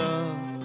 Love